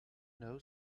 know